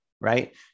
right